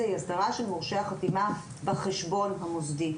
היא אסדרה של מורשי החתימה בחשבון המוסדי.